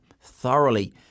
thoroughly